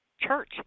Church